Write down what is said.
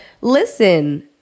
listen